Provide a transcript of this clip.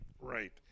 right